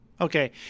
Okay